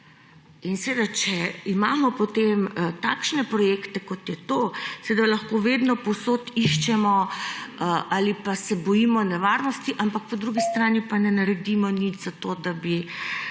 Seveda, če imamo potem takšne projekte, kot je to, lahko vedno in povsod iščemo ali pa se bojimo nevarnosti, ampak po drugi strani pa ne naredimo nič za to, da bi